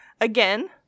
Again